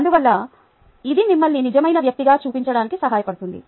అందువల్ల ఇది మిమ్మల్ని నిజమైన వ్యక్తిగా చూపించడానికి సహాయపడుతుంది